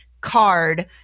card